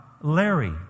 Larry